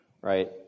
right